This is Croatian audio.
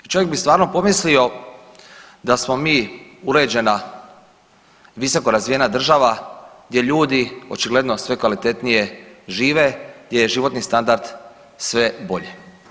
Čovjek bi stvarno pomislio da smo mi uređena, visoko razvijena država gdje ljudi očigledno sve kvalitetnije žive, gdje je životni standard sve bolji.